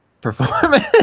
performance